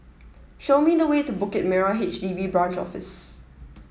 show me the way to Bukit Merah HDB Branch Office